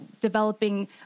developing